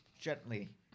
gently